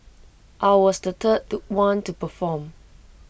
I was the third one to perform